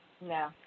No